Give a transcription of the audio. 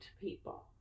people